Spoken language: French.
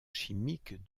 chimiques